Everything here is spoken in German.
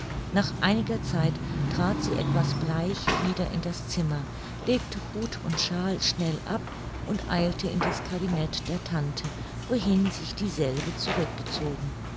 nach einiger zeit trat sie etwas bleich wieder in das zimmer legte hut und shawl schnell ab und eilte in das kabinet der tante wohin sich dieselbe